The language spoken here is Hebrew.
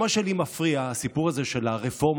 מה שלי מפריע בסיפור הזה של הרפורמה,